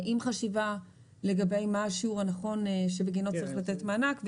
עם חשיבה לגבי מה השיעור הנכון שבגינו צריך לתת מענק,